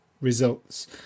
results